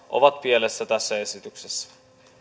ovat pielessä tässä esityksessä